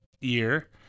year